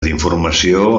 d’informació